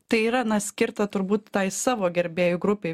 tai yra na skirta turbūt tai savo gerbėjų grupei